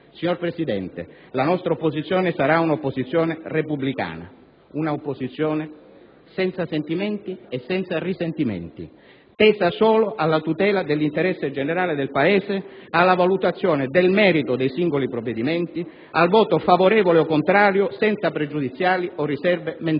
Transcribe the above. Signor Presidente, la nostra opposizione sarà una opposizione repubblicana. Una opposizione senza sentimenti e senza risentimenti, tesa solo alla tutela dell'interesse generale del Paese, alla valutazione del merito dei singoli provvedimenti, al voto favorevole o contrario senza pregiudiziali o riserve mentali.